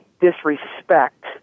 disrespect